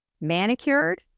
manicured